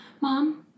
Mom